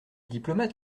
diplomate